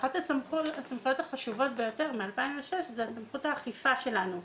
אחת הסמכויות החשובות ביותר מ-2006 היא סמכות האכיפה שלנו.